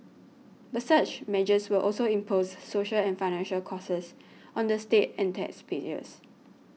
but such measures will also impose social and financial costs on the state and taxpayers